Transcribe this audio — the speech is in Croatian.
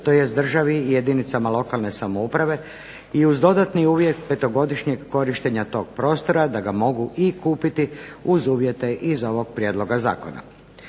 tj. državi i jedinicama lokalne samouprave i uz dodatni uvjet 5-godišnjeg korištenja tog prostora da ga mogu i kupiti uz uvjete iz ovog prijedloga zakona.